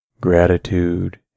Gratitude